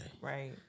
Right